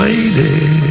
Lady